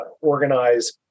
organize